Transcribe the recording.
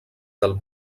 del